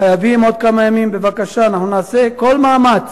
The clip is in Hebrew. חייבים עוד כמה ימים, בבקשה, נעשה כל מאמץ